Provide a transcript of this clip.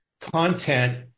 content